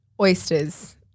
Oysters